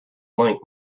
link